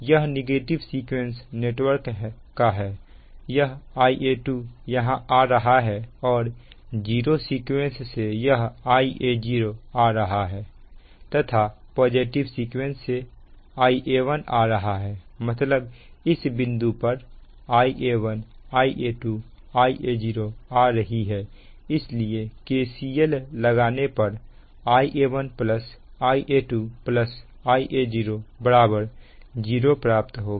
यह negative sequence network का है यह Ia2 यहां आ रहा है और जीरो सीक्वेंस से यह Ia0 आ रहा है तथा पॉजिटिव सीक्वेंस से Ia1 आ रही है मतलब इस बिंदु पर Ia1 Ia2 Ia0 आ रही है इसलिए KCL लगाने पर Ia1 Ia2 Ia0 0 प्राप्त होगा